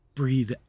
breathe